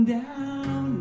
down